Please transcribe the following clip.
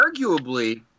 arguably